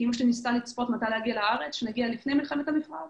כי אימא שלי ניסתה לצפות מתי נגיע לארץ וכי נגיע לפני מלחמת המפרץ.